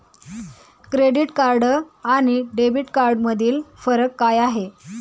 Credit card आणि debit कार्डमधील फरक काय आहे?